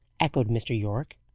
echoed mr. yorke.